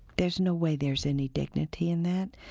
there's no way there's any dignity in that.